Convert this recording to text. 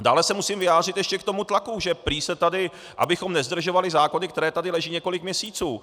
Dále se musím vyjádřit ještě k tomu tlaku, že prý se tady, abychom nezdržovali zákony, které tady leží několik měsíců.